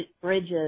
bridges